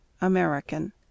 American